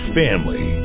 family